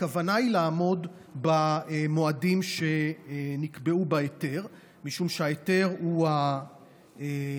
הכוונה היא לעמוד במועדים שנקבעו בהיתר משום שההיתר הוא המחייב,